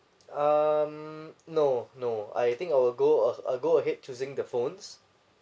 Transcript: um no no I think I will go uh I'll go ahead choosing the phones